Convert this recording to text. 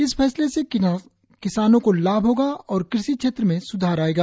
इस फैसले से किसानों को लाभ होगा और कृषि क्षेत्र में स्धार आएगा